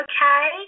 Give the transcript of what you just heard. Okay